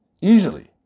easily